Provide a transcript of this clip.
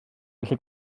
felly